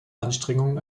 anstrengungen